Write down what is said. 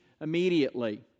immediately